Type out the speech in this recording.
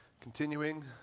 Continuing